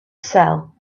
sell